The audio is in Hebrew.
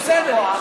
לא, בסדר.